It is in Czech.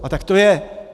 A tak to je.